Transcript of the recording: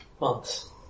Months